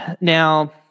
now